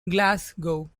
glasgow